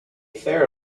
fair